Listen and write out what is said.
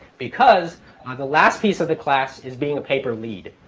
because the last piece of the class is being a paper lead.